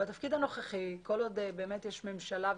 בתפקיד הנוכחי, כל עוד יש ממשלה וכנסת,